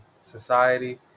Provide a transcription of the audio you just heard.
society